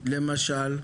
למשל?